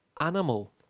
animal